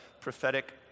prophetic